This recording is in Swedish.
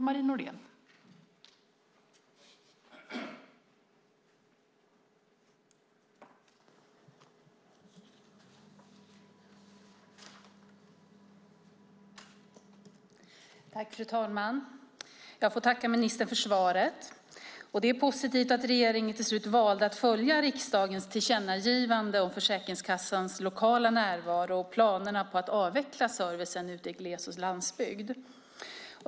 Fru talman! Jag får tacka ministern för svaret. Det är positivt att regeringen till slut valde att följa riksdagens tillkännagivande om Försäkringskassans lokala närvaro och planerna på att avveckla servicen i gles och landsbygd.